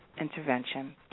intervention